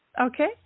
Okay